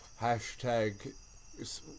Hashtag